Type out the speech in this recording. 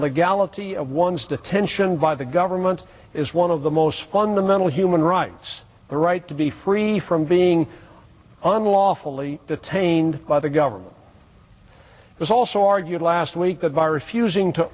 legality of one's detention by the government is one of the most fundamental human rights the right to be free from being unlawfully detained by the government was also argued last week that virus fusing to